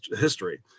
history